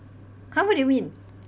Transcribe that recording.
!huh! what do you mean